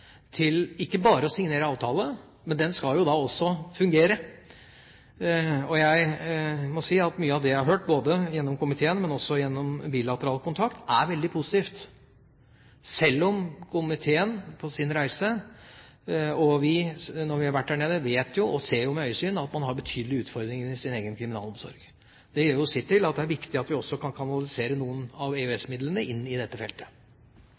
signere avtale, men den skal jo også fungere. Jeg må si at mye av det jeg har hørt, både gjennom komiteen og også gjennom bilateral kontakt, er veldig positivt, sjøl om komiteen på sin reise og vi, når vi har vært der nede, ved øyesyn har sett – og vi vet – at de har betydelige utfordringer i sin egen kriminalomsorg. Det gjør jo sitt til at det er viktig at vi også kan kanalisere noen av EØS-midlene inn i dette feltet.